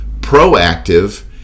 proactive